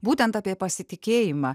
būtent apie pasitikėjimą